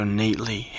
neatly